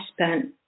spent